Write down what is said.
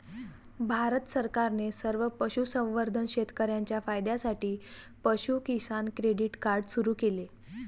भारत सरकारने सर्व पशुसंवर्धन शेतकर्यांच्या फायद्यासाठी पशु किसान क्रेडिट कार्ड सुरू केले